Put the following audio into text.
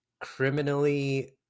criminally